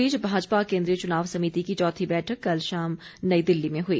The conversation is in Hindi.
इस बीच भाजपा केन्द्रीय चुनाव समिति की चौथी बैठक कल शाम नई दिल्ली में हुई